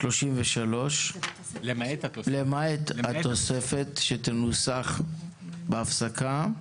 33 למעט התוספת שתנוסח בהפסקה.